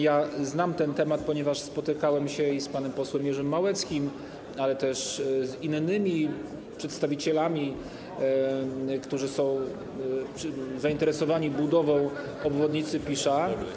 Ja znam ten temat, ponieważ spotykałem się z panem posłem Jerzym Małeckim, ale też z innymi przedstawicielami, którzy są zainteresowani budową obwodnicy Pisza.